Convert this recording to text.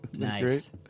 Nice